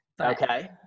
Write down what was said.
Okay